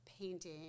painting